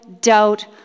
doubt